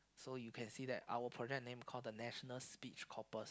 so you can see that our project name call the national speech corpus